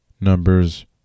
numbers